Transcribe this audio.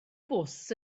bws